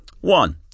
One